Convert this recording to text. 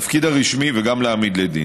וגם להעמיד לדין.